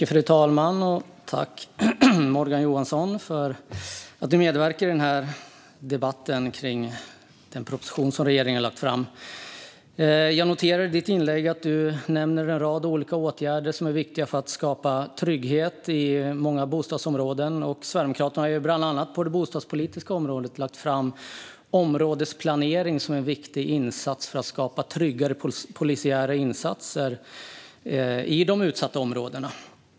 Fru talman! Tack, Morgan Johansson, för att du medverkar i debatten om den proposition som regeringen lagt fram! Jag noterade i ditt anförande att du nämner en rad olika åtgärder som är viktiga för att skapa trygghet i många bostadsområden. Sverigedemokraterna har bland annat på det bostadspolitiska området lagt fram områdesplanering som en viktig insats för att skapa polisära insatser som gör det tryggare i de utsatta områdena.